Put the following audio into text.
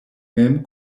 mem